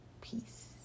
Peace